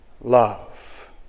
love